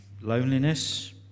Loneliness